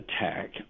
attack